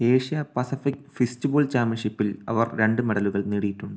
Asia Pacific fistball ചാമ്പ്യൻഷിപ്പിൽ അവർ രണ്ട് മെഡലുകൾ നേടിയിട്ടുണ്ട്